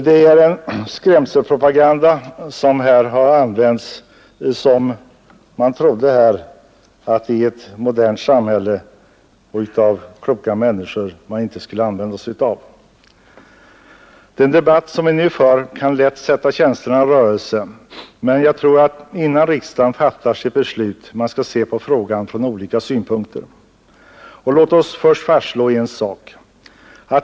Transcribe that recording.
Det här är en skrämselpropaganda som man inte trodde att sansade människor i ett modernt samhälle skulle använda sig av. Den debatt vi nu för kan lätt sätta känslorna i rörelse, men jag tror att man innan riksdagen fattar sitt beslut skall se på frågan från olika synpunkter. Låt oss först fastslå en sak.